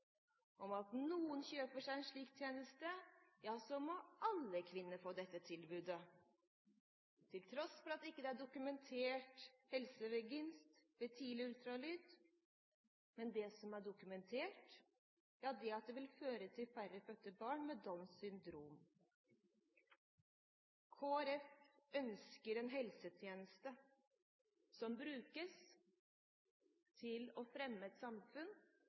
noen kjøper seg en slik tjeneste, så må alle kvinner få dette tilbudet – til tross for at det ikke er dokumentert helsegevinst ved tidlig ultralyd. Men det som er dokumentert, er at det vil føre til færre fødte barn med Downs syndrom. Kristelig Folkeparti ønsker en helsetjeneste som brukes til å fremme et samfunn